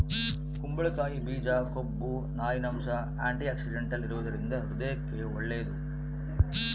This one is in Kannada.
ಕುಂಬಳಕಾಯಿ ಬೀಜ ಕೊಬ್ಬು, ನಾರಿನಂಶ, ಆಂಟಿಆಕ್ಸಿಡೆಂಟಲ್ ಇರುವದರಿಂದ ಹೃದಯಕ್ಕೆ ಒಳ್ಳೇದು